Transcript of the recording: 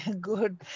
Good